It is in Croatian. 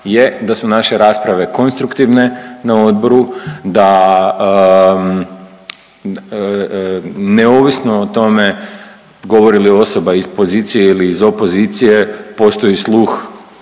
je da su naše rasprave konstruktivne na odboru, da neovisno o tome govori li osoba iz pozicije ili iz opozicije postoji sluh